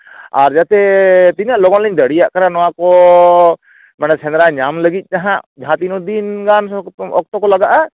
ᱟᱨ ᱡᱟᱛᱮ ᱛᱤᱱᱟᱹᱜ ᱞᱚᱜᱚᱱ ᱞᱤᱧ ᱫᱟᱲᱮᱭᱟᱜ ᱠᱟᱱᱟ ᱱᱚᱣᱟ ᱠᱚ ᱢᱟᱱᱮ ᱥᱮᱸᱫᱽᱨᱟ ᱧᱟᱢ ᱞᱟᱹᱜᱤᱫ ᱛᱮ ᱦᱟᱸᱜ ᱡᱟᱦᱟᱸ ᱛᱤᱱᱟᱹᱜ ᱫᱤᱱ ᱚᱠᱛ ᱚᱠᱚ ᱞᱟᱜᱟᱜᱼᱟ